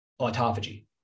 autophagy